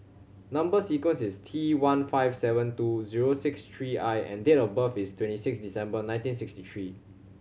number sequence is T one five seven two zero six three I and date of birth is twenty six December nineteen sixty three